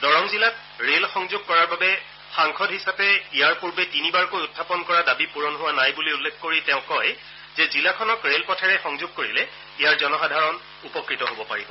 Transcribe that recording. দৰং জিলাত ৰে'ল সংযোগ কৰাৰ বাবে সাংসদ হিচাপে ইয়াৰ পূৰ্বে তিনিবাৰকৈ উখাপন কৰা দাবী পূৰণ হোৱা নাই বুলি উল্লেখ কৰি তেওঁ কয় যে জিলাখনক ৰেল পথেৰে সংযোগ কৰিলে ইয়াৰ জনসাধাৰণ উপকৃত হ'ব পাৰিব